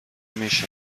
میشه